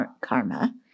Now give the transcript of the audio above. karma